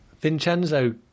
vincenzo